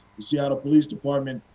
the seattle police department's,